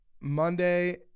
Monday